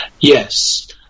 Yes